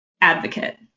advocate